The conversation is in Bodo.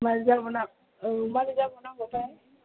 माबोरै जाबाव नांगौ औ माबोरै जाबाव नांगौथाय